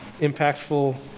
impactful